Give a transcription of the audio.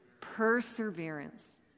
Perseverance